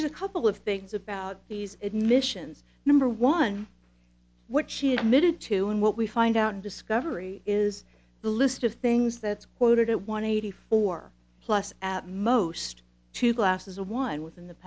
there's a couple of things about these admissions number one what she admitted to and what we find out in discovery is the list of things that's quoted at one eighty four plus at most two glasses of one within the